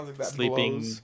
sleeping